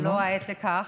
זו לא העת לכך.